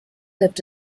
lived